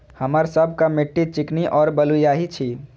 हमर सबक मिट्टी चिकनी और बलुयाही छी?